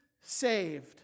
saved